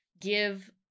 give